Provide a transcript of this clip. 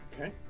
Okay